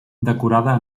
decorada